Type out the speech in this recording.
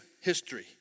history